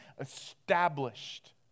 established